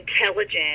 intelligent